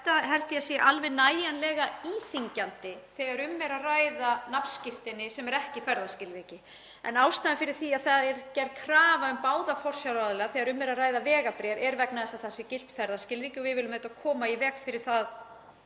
þá held ég að þetta sé alveg nægjanlega íþyngjandi þegar um er að ræða nafnskírteini, sem er ekki ferðaskilríki. Ástæðan fyrir því að gerð er krafa um báða forsjáraðila þegar um er að ræða vegabréf er vegna þess að það er gilt ferðaskilríki og við viljum auðvitað koma í veg fyrir að